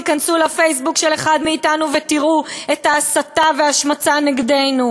תיכנסו לפייסבוק של אחד מאתנו ותראו את ההסתה וההשמצה נגדנו,